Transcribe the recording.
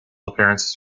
appearances